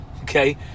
Okay